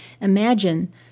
Imagine